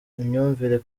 imyumvire